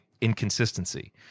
inconsistency